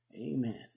Amen